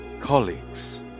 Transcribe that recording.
colleagues